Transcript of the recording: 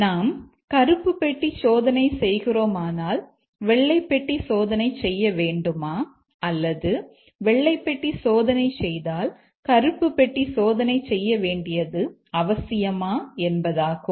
நாம் கருப்பு பெட்டி சோதனை செய்கிறோமானால் வெள்ளை பெட்டி சோதனை செய்ய வேண்டுமா அல்லது வெள்ளை பெட்டி சோதனை செய்தால் கருப்பு பெட்டி சோதனை செய்ய வேண்டியது அவசியமா என்பதாகும்